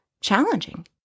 challenging